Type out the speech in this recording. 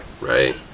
Right